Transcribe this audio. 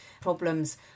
problems